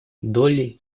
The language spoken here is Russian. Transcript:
долли